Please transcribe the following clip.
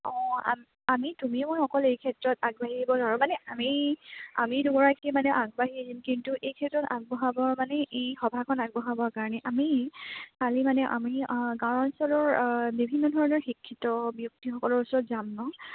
অঁ আমি আমি তুমিও অকল এই ক্ষেত্ৰত আগবাঢ়িব নোৱাৰোঁ মানে আমি আমি দুগৰাকীয়ে মানে আগবাঢ়ি দিম কিন্তু এই ক্ষেত্ৰত আগবঢ়াবৰ মানে এই সভাখন আগবঢ়াবৰ কাৰণে আমি কালি মানে আমি গাঁও অঞ্চলৰ বিভিন্ন ধৰণৰ শিক্ষিত ব্যক্তিসকলৰ ওচৰত যাম নহ্